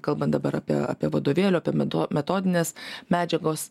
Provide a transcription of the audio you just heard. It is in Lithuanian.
kalbant dabar apie apie vadovėlių apie metodinės medžiagos